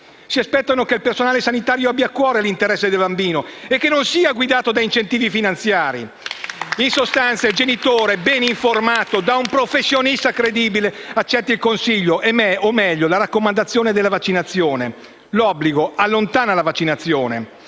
Si aspettano che il personale sanitario abbia a cuore l'interesse del bambino e che non sia guidato da incentivi finanziari. *(Applausi dal Gruppo M5S)*. In sostanza, il genitore bene informato da un professionista credibile accetta il consiglio o, meglio, la raccomandazione alla vaccinazione. L'obbligo allontana la vaccinazione